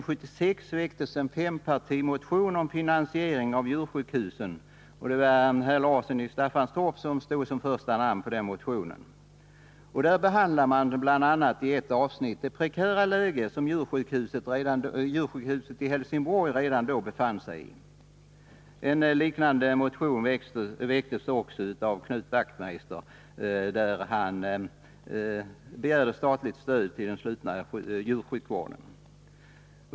1975/76 väcktes en fempartimotion om finansiering av djursjukhusen, med herr Larsson i Staffanstorp som första namn. I denna motion behandlades också det prekära läge i vilket djursjukhuset i Helsingborg redan då befann sig. En liknande motion väcktes av Knut Wachtmeister om statligt stöd till den slutna djursjukvården.